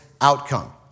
outcome